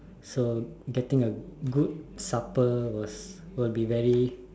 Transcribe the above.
so getting a good supper was will be very